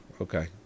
Okay